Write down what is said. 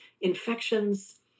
infections